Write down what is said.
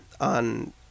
on